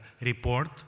Report